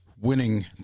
winning